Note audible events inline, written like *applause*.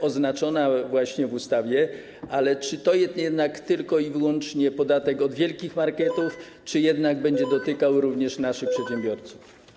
oznaczona właśnie w ustawie, a czy to jest jednak tylko i wyłącznie podatek od wielkich marketów *noise* czy jednak będzie dotykał również naszych przedsiębiorców?